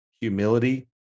humility